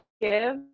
give